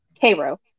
Cairo